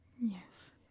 Yes